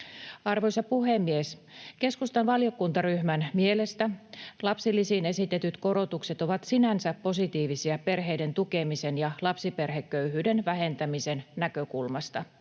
Arvoisa puhemies! Keskustan valiokuntaryhmän mielestä lapsilisiin esitetyt korotukset ovat sinänsä positiivisia perheiden tukemisen ja lapsiperheköyhyyden vähentämisen näkökulmasta.